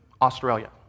Australia